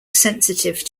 sensitive